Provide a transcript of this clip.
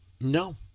No